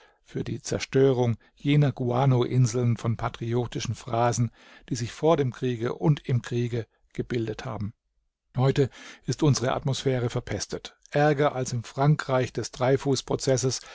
für die zerstörung jener guano-inseln von patriotischen phrasen die sich vor dem kriege und im kriege gebildet haben heute ist unsere atmosphäre verpestet ärger als im frankreich des